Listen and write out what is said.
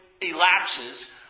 elapses